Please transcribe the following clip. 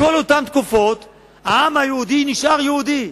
בכל אותן תקופות העם היהודי נשאר יהודי.